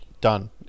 Done